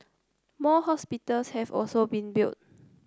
more hospitals have also been built